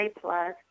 Plus